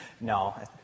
No